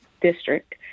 District